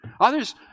Others